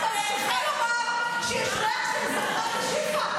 היא ממשיכה לומר שיש ריח של זרחן בשיפא.